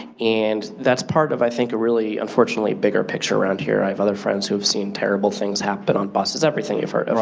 and that's part of i think a really unfortunately bigger picture around here. i have other friends who have seen terrible things happen on buses, everything, you've heard it.